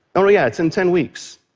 oh yeah, it's in ten weeks.